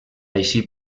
així